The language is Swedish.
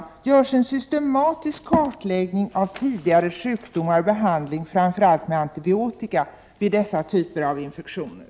Görs en systematisk kartläggning av tidigare sjukdomar och behandling, framför allt med antibiotika, vid dessa typer av infektioner?